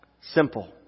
simple